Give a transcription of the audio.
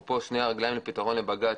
אפרופו על שני הרגליים לפתרון לבג"ץ,